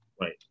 Right